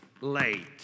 late